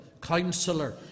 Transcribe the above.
Counselor